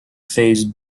phase